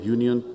Union